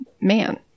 man